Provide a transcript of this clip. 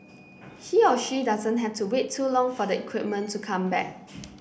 he or she doesn't have to wait too long for the equipment to come back